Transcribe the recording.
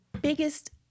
biggest